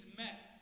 met